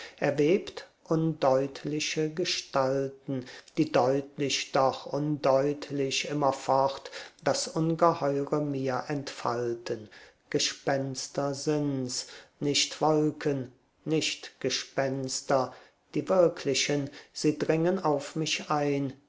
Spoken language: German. er webt undeutliche gestalten die deutlich doch undeutlich immerfort das ungeheure mir entfalten gespenster sind's nicht wolken nicht gespenster die wirklichen sie dringen auf mich ein